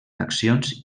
accions